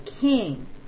king